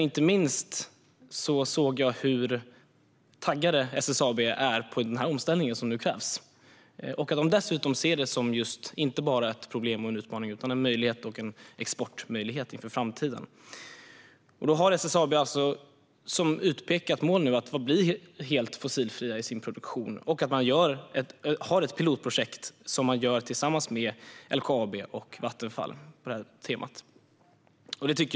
Inte minst såg jag hur taggade SSAB är på den omställning som nu krävs och att de dessutom ser den inte bara som ett problem och en utmaning utan som en möjlighet och en exportmöjlighet inför framtiden. SSAB har alltså som mål att bli helt fossilfria i sin produktion och driver, tillsammans med LKAB och Vattenfall, ett pilotprojekt på det temat.